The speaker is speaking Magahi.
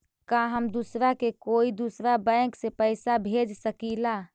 का हम दूसरा के कोई दुसरा बैंक से पैसा भेज सकिला?